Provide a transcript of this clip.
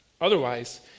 Otherwise